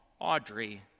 Audrey